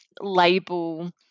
label